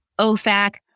OFAC